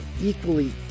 equally